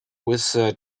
with